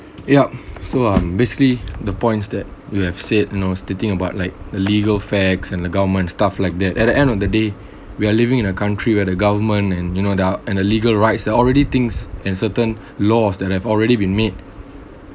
yup so um basically the points that we have said you know stating about like the legal facts and the government stuff like that at the end of the day we are living in a country where the government and you know there're and a legal rights there already things and certain laws that have already been made